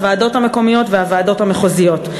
הוועדות המקומיות והוועדות המחוזיות.